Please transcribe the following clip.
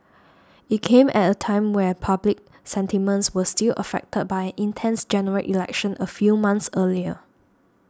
it came at a time when I public sentiments were still affected by an intense General Election a few months earlier